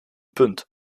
punt